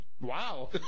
wow